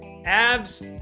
abs